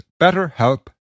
BetterHelp